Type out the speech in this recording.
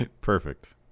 Perfect